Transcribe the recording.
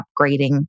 upgrading